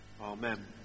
Amen